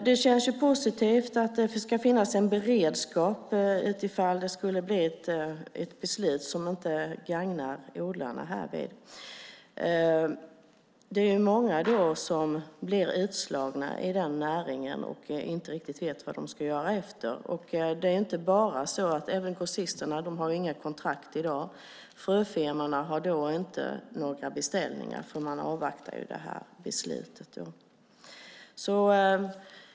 Det känns positivt att det ska finnas en beredskap ifall det skulle bli ett beslut som inte gagnar odlarna härvid. Det är många som blir utslagna i denna näring och inte riktigt vet vad de ska göra efteråt. Det gäller även grossisterna; de har inga kontrakt i dag. Fröfirmorna har inga beställningar, för man avvaktar beslutet.